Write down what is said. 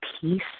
peace